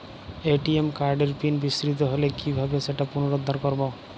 ATM কার্ডের PIN বিস্মৃত হলে কীভাবে সেটা পুনরূদ্ধার করব?